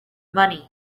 money